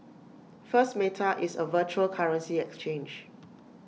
first meta is A virtual currency exchange